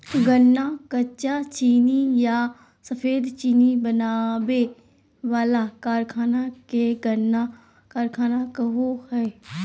गन्ना कच्चा चीनी या सफेद चीनी बनावे वाला कारखाना के गन्ना कारखाना कहो हइ